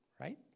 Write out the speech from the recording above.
right